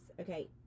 okay